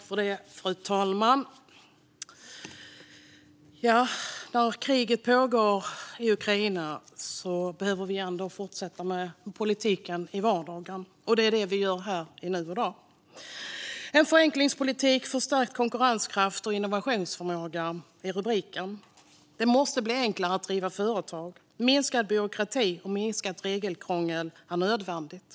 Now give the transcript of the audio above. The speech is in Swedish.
Fru talman! När kriget pågår i Ukraina behöver vi ändå fortsätta med politiken i vardagen, och det är detta vi gör här i dag. Vi debatterar en förenklingspolitik för stärkt konkurrenskraft och innovationsförmåga. Det måste bli enklare att driva företag. Minskad byråkrati och minskat regelkrångel är nödvändigt.